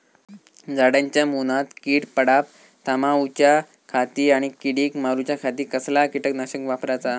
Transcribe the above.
झाडांच्या मूनात कीड पडाप थामाउच्या खाती आणि किडीक मारूच्याखाती कसला किटकनाशक वापराचा?